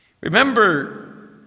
Remember